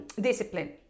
Discipline